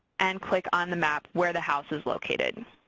and click on the map where the house is located.